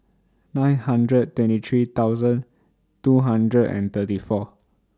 nine hundred twenty three thousand two hundred and thirty four